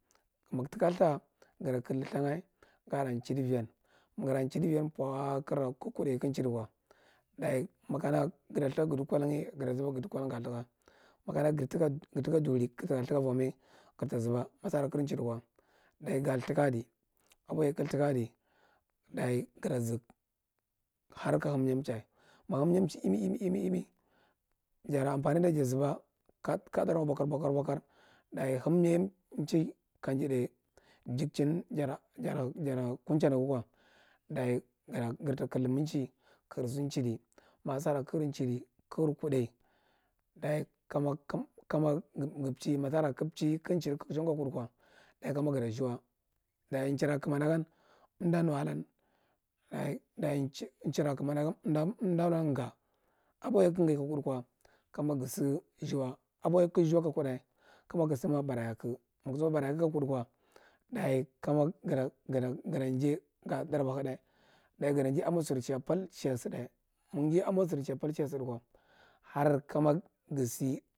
Magatikathug gata klithugah gara chidi inviyan magala chidi iviyan powh how kaga kuɗɗe kaga chidi ka ma kamagaza thuka gadokkomye katazuba. Gudokkol gathka makanu gretika gatika duri kagre tathka great zuba masara kagre chiɗɗi ko daye ga thikadi abohiya kaga thukadi harka himye chooh in himye chagh imi imi imi jara ampanidom jazuba kadura mo bokar bokar, daye himays chagy kajithay jikechin jara kunchah great kliminch ka gretasi chidi masara kagre chidi kagre kudday daye kana ga chaye kachidi sham kakudde ko daye kana gata zuwa daye chira kumadagan umda mudan daye daye chira kuma umda lagar kaku kan gusi zuwa abohiye kakudko kama gusimo bare yaku magu zuba bare yakku ka kuɗke kama ga ge gatadaye ga thar bahedey, gatagay, gatagay an sir sheya part au she suday ko harkama gusi.